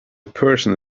person